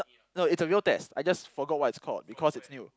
no it's a real test I just forgot what it's called because it's new